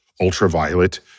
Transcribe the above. ultraviolet